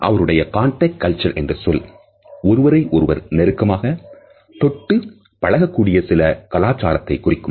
அவருடைய contact culture என்ற சொல் ஒருவரை ஒருவர் நெருக்கமாக தொட்டு பழகக்கூடிய சில கலாச்சாரத்தை குறிக்கும்